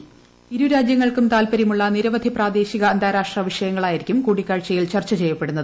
voice ഇരു രാജ്യങ്ങൾക്കും താൽപര്യമുള്ള നിരവധി പ്രാദേശിക അന്താരാഷ്ട്ര വിഷയങ്ങളായിരിക്കും കൂടിക്കാഴ്ചയിൽ ചർച്ച ചെയ്യപ്പെടുന്നത്